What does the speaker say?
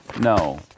no